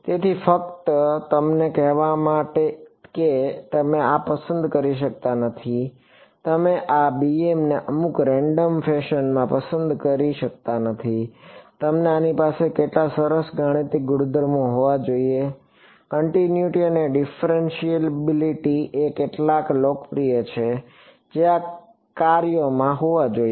તેથી ફક્ત તમને કહેવા માટે કે તમે આ પસંદ કરી શકતા નથી તમે આ bm ને અમુક રેન્ડમ ફેશનમાં પસંદ કરી શકતા નથી તેમની પાસે કેટલાક સરસ ગાણિતિક ગુણધર્મો હોવા જોઈએ કન્ટીનયુટી અને ડિફફરેનશીએબીલીટી એ કેટલાક લોકપ્રિય છે જે આ કાર્યોમાં હોવા જોઈએ